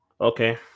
Okay